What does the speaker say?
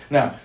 Now